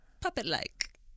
puppet-like